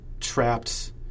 trapped